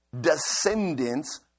descendants